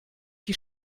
die